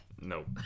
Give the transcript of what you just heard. nope